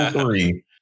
three